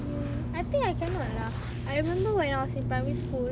mm I think I cannot lah I remember when I was in primary school